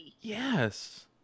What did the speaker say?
Yes